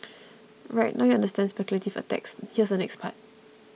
alright now you understand speculative attacks here's the next part